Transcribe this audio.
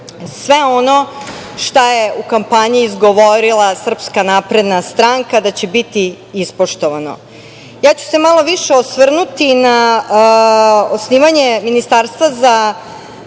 sve ono što je u kampanji izgovorila Srpska napredna stranka da će biti ispoštovano. Ja ću se malo više osvrnuti na osnivanje Ministarstva za